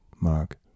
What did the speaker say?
Mark